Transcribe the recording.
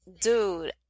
dude